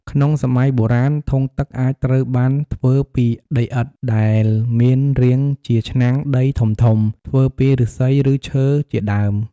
ក្នុងសម័យបុរាណ ធុងទឹកអាចត្រូវបានធ្វើពី ដីឥដ្ឋដែមានរាងជាឆ្នាំងដីធំៗ ធ្វើពីឫស្សី ឬ ឈើជាដើម។